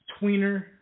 tweener